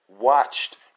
watched